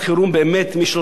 אלה אלוף פיקוד העורף